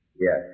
Yes